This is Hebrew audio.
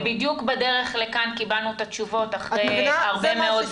בדיוק בדרך לכאן קיבלנו את התשובות אחרי הרבה מאוד שיחות.